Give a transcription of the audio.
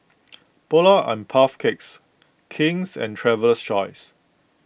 Polar and Puff Cakes King's and Traveler's Choice